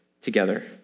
together